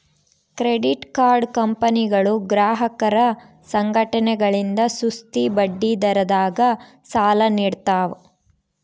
credit card ಕಂಪನಿಗಳು ಗ್ರಾಹಕರ ಸಂಘಟನೆಗಳಿಂದ ಸುಸ್ತಿ ಬಡ್ಡಿದರದಾಗ ಸಾಲ ನೀಡ್ತವ